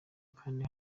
kandi